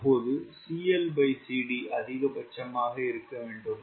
அப்போது CLCD அதிகபட்சமாக இருக்க வேண்டும்